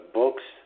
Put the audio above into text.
books